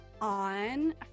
on